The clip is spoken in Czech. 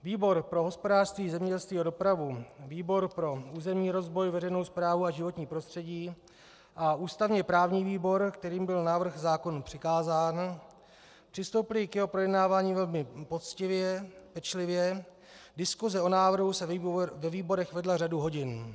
Výbor pro hospodářství, zemědělství a dopravu, výbor pro územní rozvoj, veřejnou správu a životní prostředí a ústavněprávní výbor, kterým byl návrh zákona přikázán, přistoupily k jeho projednávání velmi poctivě, pečlivě, diskuse o návrhu se ve výborech vedla řadu hodin.